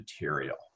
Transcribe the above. material